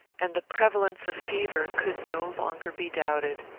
and the prevalence of fever could no longer be doubted.